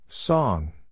song